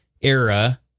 era